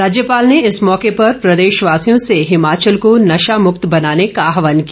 राज्यपाल ने इस मौके पर प्रदेशवासियों से हिमाचल को नशा मुक्त बनाने का आहवान किया